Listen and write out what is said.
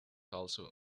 also